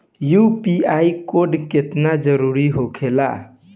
UPI code केतना जरुरी होखेला?